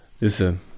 listen